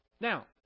Now